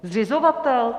Zřizovatel?